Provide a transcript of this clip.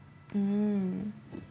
mm